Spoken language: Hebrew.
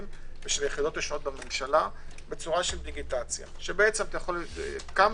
ושל היחידות השונות בממשלה בצורת דיגיטציה כמה